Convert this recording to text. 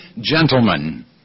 gentlemen